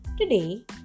Today